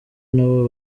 nabo